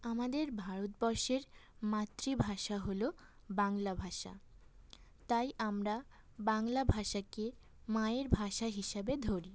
আমাদের ভারতবর্ষের মাতৃভাষা হল বাংলা ভাষা তাই আমরা বাংলা ভাষাকে মায়ের ভাষা হিসাবে ধরি